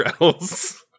else